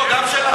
לא, גם שלכם.